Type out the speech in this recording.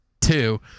two